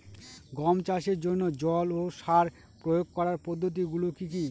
গম চাষের জন্যে জল ও সার প্রয়োগ করার পদ্ধতি গুলো কি কী?